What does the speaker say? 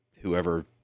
Whoever